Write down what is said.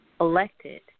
elected